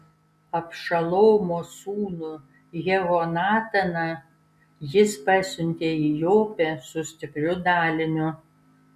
abšalomo sūnų jehonataną jis pasiuntė į jopę su stipriu daliniu